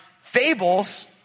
fables